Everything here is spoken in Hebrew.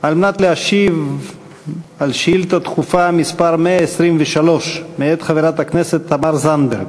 על מנת להשיב על שאילתה דחופה מס' 123 מאת חברת הכנסת תמר זנדברג.